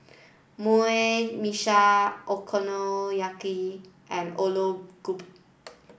Meshi Okonomiyaki and Alu Gobi